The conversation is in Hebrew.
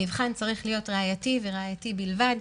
המבחן צריך להיות ראייתי, וראייתי בלבד.